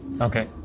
Okay